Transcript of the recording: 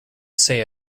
say